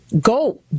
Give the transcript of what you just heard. Go